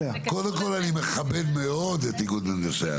קודם כל, אני מכבד מאוד את איגוד מהנדסי ערים.